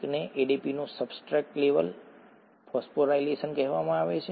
એકને એડીપીનું substrate level phosphorylation કહેવામાં આવે છે